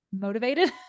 motivated